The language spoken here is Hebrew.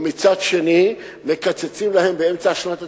ומצד שני מקצצים להן באמצע שנת התקציב,